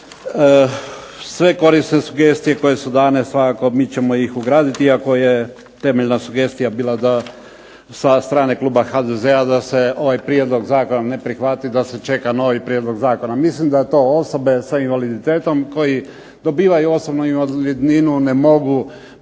sve korisne sugestije koje su dane svakako mi ćemo ih ugraditi iako je temeljna sugestija bila da sa strane kluba HDZ-a da se ovaj prijedlog zakona ne prihvati, da se čeka novi prijedlog zakona. Mislim da to osobe sa invaliditetom koje dobivaju osobnu invalidninu ne mogu